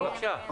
בבקשה.